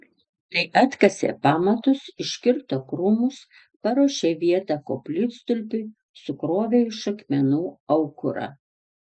tai atkasė pamatus iškirto krūmus paruošė vietą koplytstulpiui sukrovė iš akmenų aukurą